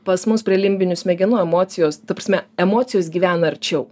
pas mus prie limbinių smegenų emocijos ta prasme emocijos gyvena arčiau